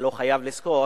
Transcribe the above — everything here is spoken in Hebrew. אתה לא חייב לזכור.